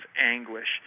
anguish